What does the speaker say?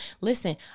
Listen